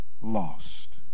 lost